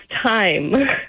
time